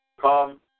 come